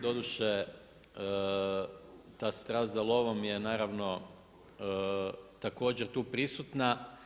Doduše ta strast za lovom je naravno također tu prisutna.